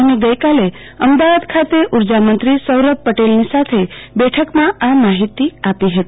અને ગઈકાલે અમદાવાદ ખાતે ઉર્જામંત્રી સૌરભ પટેલ સાથેની બેઠકમાં આ માહિતી આપી હતી